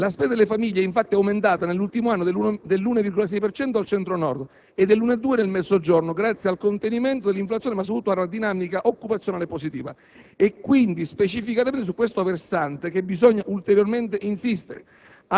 la spesa delle famiglie è infatti aumentata nell'ultimo anno dell'1,6 per cento nel Centro-Nord e dell'1,2 per cento nel Mezzogiorno, grazie al contenimento dell'inflazione, ma soprattutto ad una dinamica occupazionale positiva. È quindi specificamente su questo versante che bisogna ulteriormente insistere,